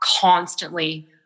constantly